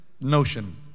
notion